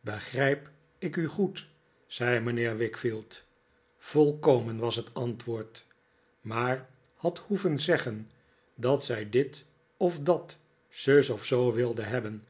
begrijp ik u goed zei mijnheer wickfield volkomen was het antwoord maar had hoeven te zeggen dat zij dit of dat zus of zoo wilde hebben